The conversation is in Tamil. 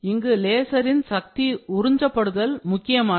இங்கு லேசரின் சக்தி உறிஞ்ச படுதல் முக்கியமானது